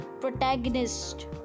protagonist